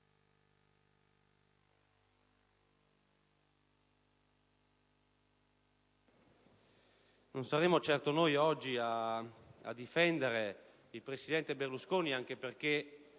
non saremo certo noi oggi a difendere il presidente Berlusconi, anche perché